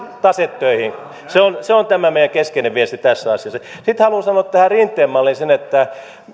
tase töihin se on se on tämä meidän keskeinen viesti tässä asiassa sitten haluan sanoa tähän rinteen malliin sen että